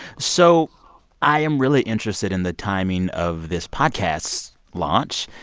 so i am really interested in the timing of this podcast's launch.